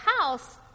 house